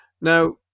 Now